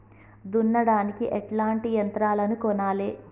దున్నడానికి ఎట్లాంటి యంత్రాలను కొనాలే?